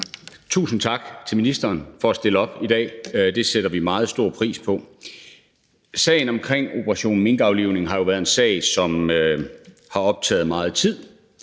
Tusind tak til ministeren for at stille op i dag; det sætter vi meget stor pris på. Sagen om operation minkaflivning har jo været en sag, som har optaget meget tid